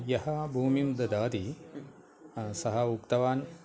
यः भूमिं ददाति सः उक्तवान्